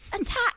attack